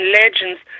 legends